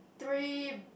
three